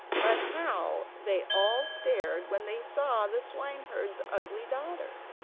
but how they all stared when they saw the swineherd's ugly daughter!